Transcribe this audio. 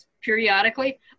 periodically